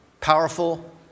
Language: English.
powerful